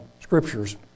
scriptures